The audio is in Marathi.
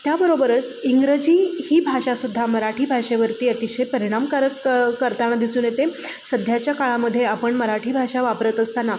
त्याबरोबरच इंग्रजी ही भाषा सुद्धा मराठी भाषेवरती अतिशय परिणामकारक त करताना दिसून येते सध्याच्या काळामध्ये आपण मराठी भाषा वापरत असताना